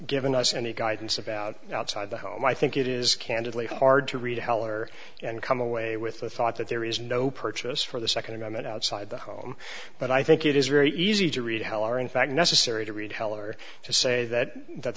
given us any guidance about outside the home i think it is candidly hard to read heller and come away with the thought that there is no purchase for the second amendment outside the home but i think it is very easy to read heller in fact necessary to read heller to say that that